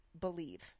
believe